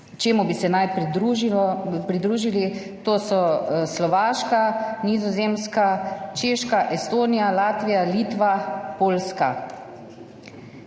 čemu bi se naj pridružili, to so: Slovaška, Nizozemska, Češka, Estonija, Latvija, Litva, Poljska.